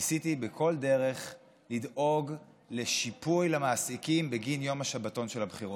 ניסיתי בכל דרך לדאוג לשיפוי למעסיקים בגין יום השבתון של הבחירות.